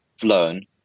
flown